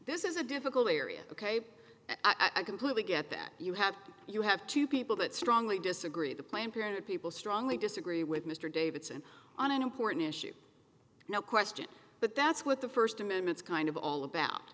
this is a difficult area ok i completely get that you have you have two people that strongly disagree the planned parenthood people strongly disagree with mr davidson on an important issue no question but that's what the first amendment's kind of all about